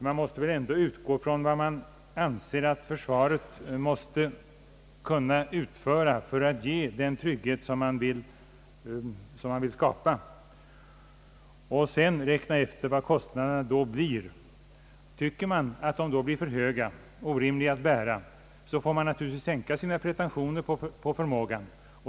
Man måste väl utgå ifrån vad man anser att försvaret bör kunna utföra för att ge den trygghet, som man vill skapa, och sedan räkna efter vad kostnaderna blir. Tycker man att de då blir för höga och orimliga att bära, får man naturligtvis sänka sina pretentioner på förmågan.